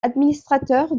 administrateur